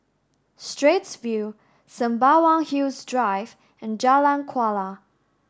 Straits View Sembawang Hills Drive and Jalan Kuala